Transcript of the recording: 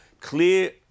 clear